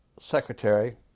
secretary